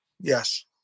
Yes